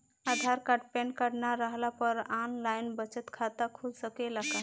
आधार card PAN card न रहला पर आन लाइन बचत खाता खुल सकेला का?